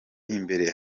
imbere